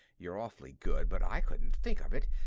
you're awfully good, but i couldn't think of it.